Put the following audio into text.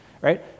right